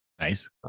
Nice